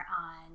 on